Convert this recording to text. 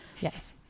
yes